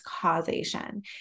causation